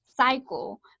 cycle